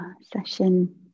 session